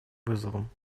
вызовам